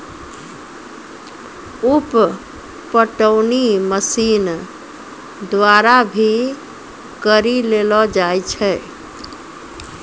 उप पटौनी मशीन द्वारा भी करी लेलो जाय छै